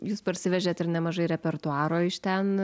jūs parsivežėt ir nemažai repertuaro iš ten